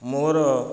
ମୋର